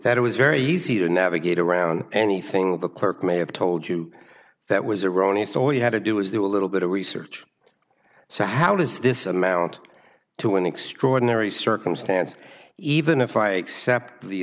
that it was very easy to navigate around anything the clerk may have told you that was erroneous all you had to do is there a little bit of research so how does this amount to an extraordinary circumstance even if i accept the